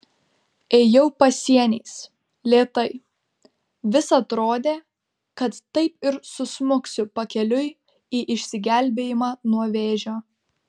ėjau pasieniais lėtai vis atrodė kad taip ir susmuksiu pakeliui į išsigelbėjimą nuo vėžio